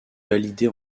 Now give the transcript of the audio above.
validée